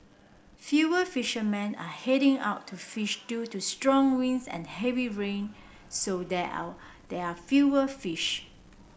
fewer fishermen are heading out to fish due to strong winds and heavy rain so there are there are fewer fish